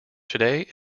today